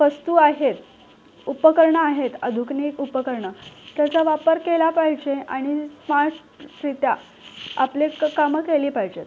वस्तू आहेत उपकरणं आहेत आधुकनिक उपकरणं त्याचा वापर केला पाहिजे आणि स्मार्टरीत्या आपले क कामं केली पाहिजेत